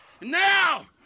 Now